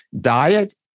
diet